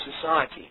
society